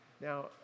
Now